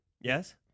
Yes